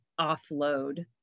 offload